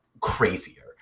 crazier